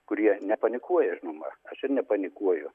kurie nepanikuoja žinoma aš ir nepanikuoju